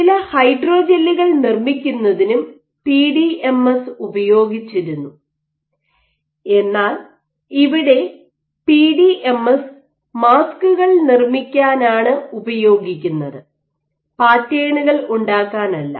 ചില ഹൈഡ്രോജെല്ലുകൾ നിർമ്മിക്കുന്നതിനും പിഡിഎംഎസ് ഉപയോഗിച്ചിരുന്നു എന്നാൽ ഇവിടെ പിഡിഎംഎസ് മാസ്ക്കുകൾ നിർമ്മിക്കാനാണ് ഉപയോഗിക്കുന്നത് പാറ്റേണുകൾ ഉണ്ടാക്കാനല്ല